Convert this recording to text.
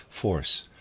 force